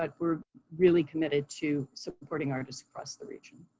but we're really committed to supporting artists across the region.